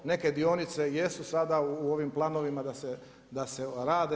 Neke dionice jesu sada u ovim planovima da se rade.